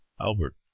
Albert